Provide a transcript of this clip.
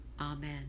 amen